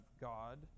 God